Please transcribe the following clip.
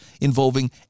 involving